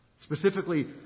specifically